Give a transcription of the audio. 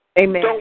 Amen